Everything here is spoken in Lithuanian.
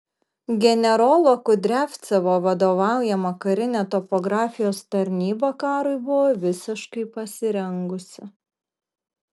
generolo kudriavcevo vadovaujama karinė topografijos tarnyba karui buvo visiškai pasirengusi